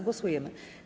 Głosujemy.